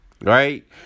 right